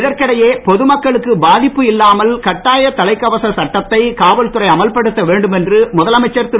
இதனிடையே பொதுமக்களுக்கு பாதிப்பு இல்லாமல் கட்டாய தலைக்கவச சட்டத்தை காவல்துறை அமல்படுத்த வேண்டும் என்று முதல்மைச்சர் திரு